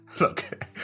Look